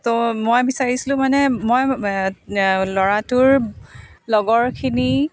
তো মই বিচাৰিছিলোঁ মানে মই ল'ৰাটোৰ লগৰখিনি